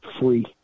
free